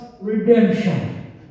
redemption